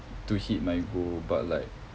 to hit my goal but like